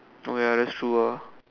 oh ya that's true ah